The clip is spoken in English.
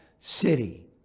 city